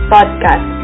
Podcast